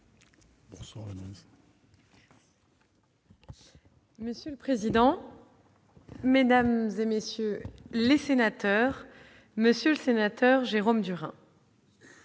Monsieur le président, mesdames, messieurs les sénateurs, monsieur le sénateur Jérôme Durain,